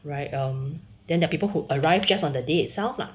right um then there are people who arrived just on the day itself lah